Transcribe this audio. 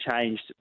changed